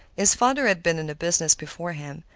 his father had been in the business before him,